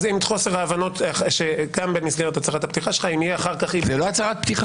אז במסגרת הצהרת הפתיחה שלך -- זאת לא הצהרת פתיחה.